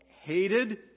hated